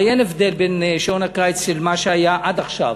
הרי אין הבדל בין שעון הקיץ שהיה עד עכשיו